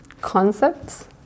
concepts